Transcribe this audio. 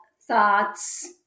thoughts